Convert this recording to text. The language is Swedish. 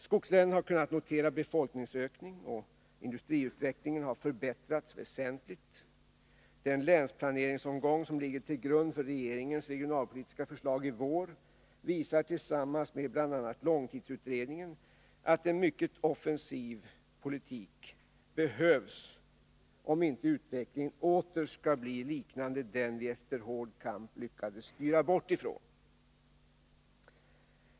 Skogslänen har kunnat notera befolkningsökning, och industriutvecklingen har förbättrats väsentligt. Den länsplaneringsomgång som ligger till grund för regeringens regionalpolitiska förslag i vår visar tillsammans med bl.a. långtidsutredningen att en mycket offensiv politik behövs, om inte utvecklingen åter skall bli liknande den vi efter hård kamp lyckades styra bort ifrån.